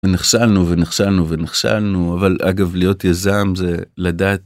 נכשלנו ונכשלנו ונכשלנו אבל אגב להיות יזם זה לדעת.